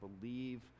believe